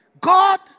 God